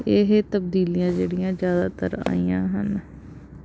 ਇਹ ਤਬਦੀਲੀਆਂ ਜਿਹੜੀਆਂ ਜ਼ਿਆਦਾਤਰ ਆਈਆਂ ਹਨ